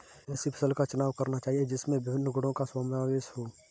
ऐसी फसल का चुनाव करना चाहिए जिसमें विभिन्न गुणों का समावेश हो